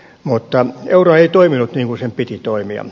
mutta euro ei toiminut niin kuin sen piti toimia